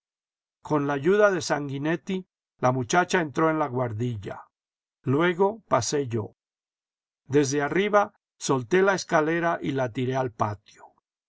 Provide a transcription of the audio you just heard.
con la ayuda de sanguínetti la muchacha entró en la guardilla luego pasé yo desde arriba solté la escalera y la tiré al patio